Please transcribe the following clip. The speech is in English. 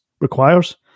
requires